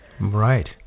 Right